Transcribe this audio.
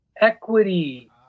equity